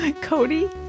cody